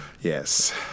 Yes